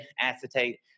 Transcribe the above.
acetate